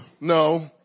No